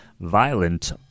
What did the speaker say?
Violent